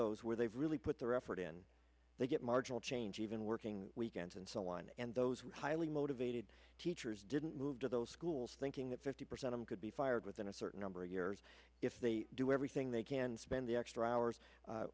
those where they've really put their effort in they get marginal change even working weekends and so on and those who are highly motivated teachers didn't move to those schools thinking that fifty percent of you could be fired within a certain number of years if they do everything they can spend the extra hours